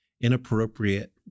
inappropriate